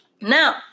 Now